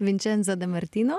vinčenzo de martino